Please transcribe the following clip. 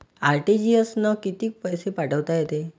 RTGS न कितीक पैसे पाठवता येते?